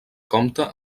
compta